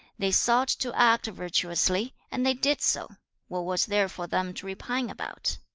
they sought to act virtuously, and they did so what was there for them to repine about